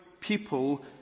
people